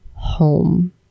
home